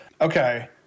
okay